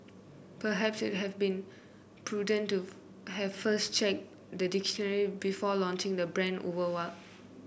perhaps it have been prudent to have first checked the dictionaries before launching the brand worldwide